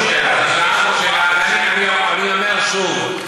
אני אומר שוב.